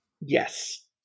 Yes